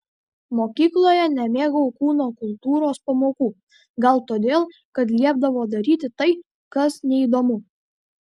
mokykloje nemėgau kūno kultūros pamokų gal todėl kad liepdavo daryti tai kas neįdomu